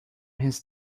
his